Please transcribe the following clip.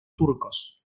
turcos